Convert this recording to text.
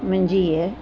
मुंहिंजी इहा